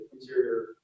interior